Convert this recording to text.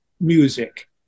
music